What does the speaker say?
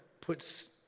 puts